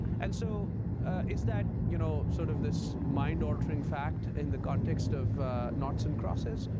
and so is that you know sort of this mind-altering fact in the context of noughts and crosses?